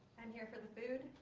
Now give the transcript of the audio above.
i'm here for the booze?